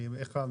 איך אני